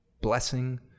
blessing